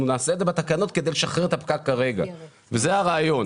אנחנו נעשה את זה בתקנות כדי לשחרר את הפקק כרגע וזה הרעיון.